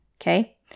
Okay